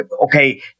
okay